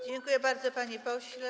Dziękuję bardzo, panie pośle.